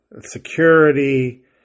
Security